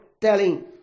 telling